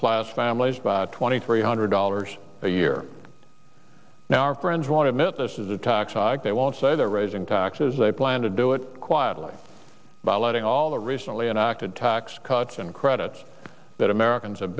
class families by twenty three hundred dollars a year now our friends want a minute this is a tax hike they won't say they're raising taxes they plan to do it quietly by letting all originally enacted tax cuts and credits that americans have